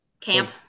camp